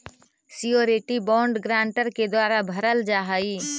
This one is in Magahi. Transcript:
श्योरिटी बॉन्ड गारंटर के द्वारा भरल जा हइ